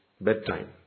bedtime